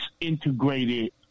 integrated